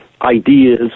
ideas